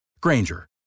Granger